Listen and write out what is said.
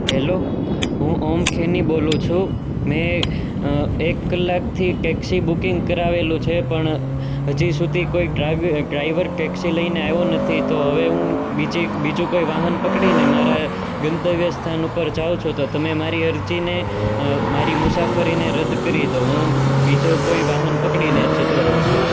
hello હું ઓમ ખેની બોલું છું મેં એક કલાકથી ટેક્સી બુકિંગ કરાવેલું છે પણ હજી સુધી કોઈ ડ્રાઈવર ટેક્સી લઈને આવ્યો નથી તો હવે હું બીજી બીજું કોઈ વાહન પકડી ને મારા ગંતવ્ય સ્થાન ઉપર જાઉં છું તો તમે મારી અરજીને મારી મુસાફરીને રદ કરી દો હું બીજો કોઈ વાહન પકડીને જતો રહું છું